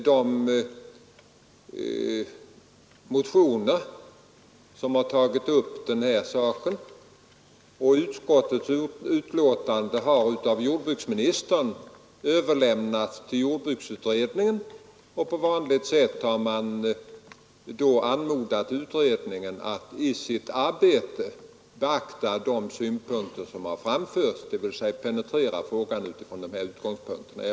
De motioner som väckts i denna fråga samt utskottets betänkande har av jordbruksministern överlämnats till jordbruksutredningen, och utredningen har på vanligt sätt anmodats att i sitt arbete beakta de synpunkter som framförts och att penetrera frågan utifrån de utgångspunkterna.